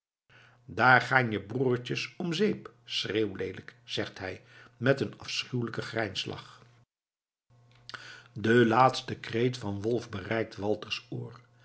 daar gaan je broertjes om zeep schreeuwleelijk zegt hij met een afschuwelijken grijnslach de laatste kreet van wolf bereikt walters oor